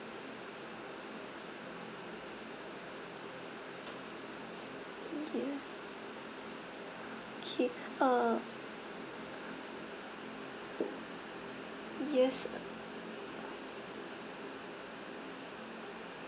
yes K uh yes